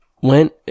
went